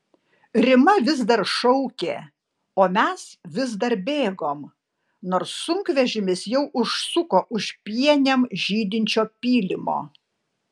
rima vis dar šaukė ir mes vis dar bėgom nors sunkvežimis jau užsuko už pienėm žydinčio pylimo